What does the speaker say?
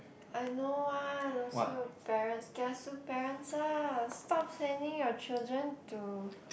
I know one also parents kiasu parents ah stop sending your children to